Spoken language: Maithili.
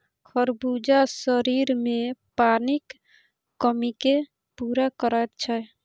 खरबूजा शरीरमे पानिक कमीकेँ पूरा करैत छै